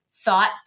thought